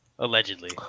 Allegedly